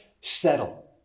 settle